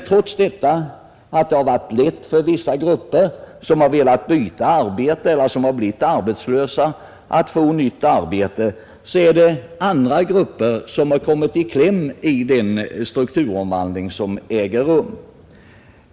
Trots att det varit lätt för vissa grupper som velat byta arbete eller som blivit arbetslösa att få nytt arbete, har andra grupper kommit i kläm i den strukturomvandling som äger rum.